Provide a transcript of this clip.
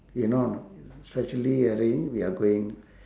you know or not it's actually arranged we are going